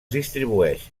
distribueix